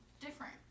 different